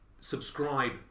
subscribe